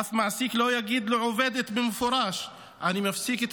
אף מעסיק לא יגיד לעובדת במפורש: אני מפסיק את